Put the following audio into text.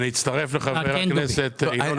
מצטרף לחבר הכנסת ינון אזולאי.